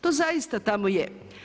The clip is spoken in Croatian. To zaista tamo je.